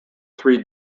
three